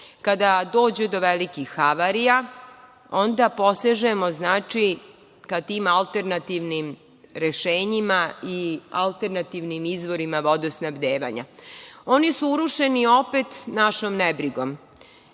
kada dođe do velikih havarija, onda posežemo ka tim alternativnim rešenjima i alternativnim izvorima vodosnabdevanja. Oni su urušeni opet našom nebrigom.